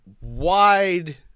wide